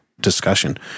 discussion